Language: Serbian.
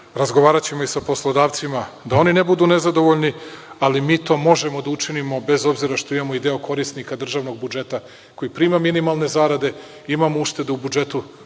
Razgovaraćemo i sa poslodavcima da oni ne budu nezadovoljni, ali mi to možemo da učinimo bez obzira što imamo i deo korisnika državnog budžeta koji prima minimalne zarade. Imamo uštede u budžetu